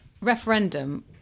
referendum